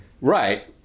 right